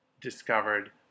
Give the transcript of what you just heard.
discovered